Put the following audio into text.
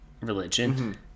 religion